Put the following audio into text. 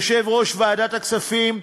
יושב-ראש ועדת הכספים,